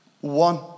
one